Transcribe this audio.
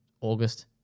august